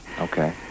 Okay